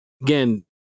again